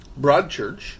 Broadchurch